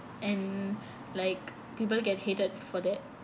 and like people get hated for that